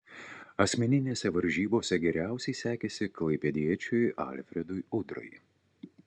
asmeninėse varžybose geriausiai sekėsi klaipėdiečiui alfredui udrai